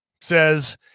says